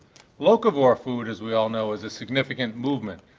locavore food, as we all know, is a significant movement.